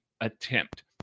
attempt